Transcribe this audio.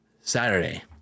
Saturday